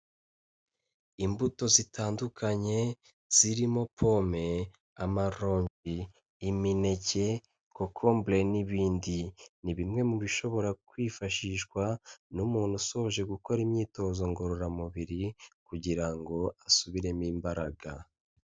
Imbuto zitandukanye zirimo pome, amaronji, imineke, kokombure n'ibindi. Ni bimwe mu bishobora kwifashishwa n'umuntu usoje gukora imyitozo ngororamubiri kugira ngo asubiremo imbaraga.